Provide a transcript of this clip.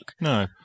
No